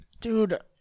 Dude